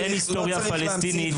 אין היסטוריה פלסטינית,